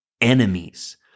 enemies